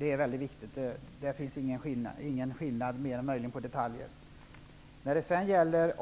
är väldigt viktig. På den punkten finns det ingen skillnad, mer än möjligen i fråga om detaljer.